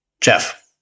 Jeff